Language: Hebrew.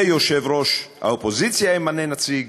ויושב-ראש האופוזיציה ימנה נציג.